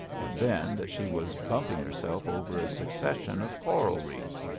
and then that she was bumping herself over a succession of coral reefs.